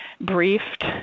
briefed